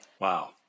Wow